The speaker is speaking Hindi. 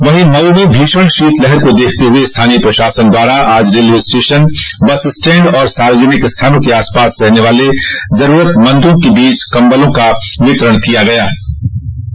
वहीं मऊ में भीषण शीतलहर को देखते हुए स्थानीय प्रशासन द्वारा आज रेलवे स्टेशन बस स्टैंड और सार्वजनिक स्थानों के आसपास रहने वाले जरूरतमंदों के बीच कम्बल वितरित किये गये